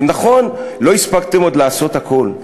נכון, לא הספקתם עוד לעשות הכול.